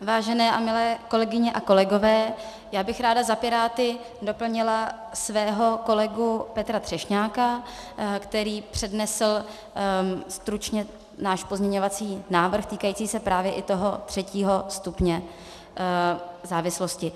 Vážené a milé kolegyně a kolegové, já bych ráda za Piráty doplnila svého kolegu Petra Třešňáka, který přednesl stručně náš pozměňovací návrh týkající se právě i toho třetího stupně závislosti.